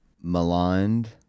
maligned